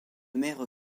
mère